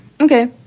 Okay